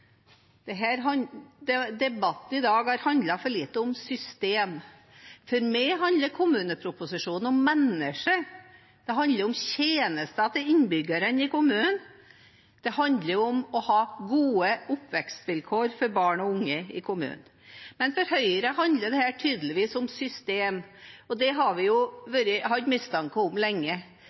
debatten i dag har handlet for lite om system. For meg handler kommuneproposisjonen om mennesker, det handler om tjenester til innbyggerne i kommunen, det handler om å ha gode oppvekstvilkår for barn og unge i kommunen. Men for Høyre handler dette tydeligvis om system. Det har vi hatt mistanke om lenge,